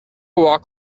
walk